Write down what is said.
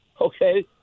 Okay